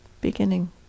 Beginning